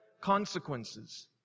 consequences